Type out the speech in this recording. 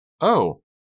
Oh